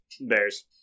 Bears